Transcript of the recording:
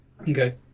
Okay